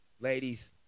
ladies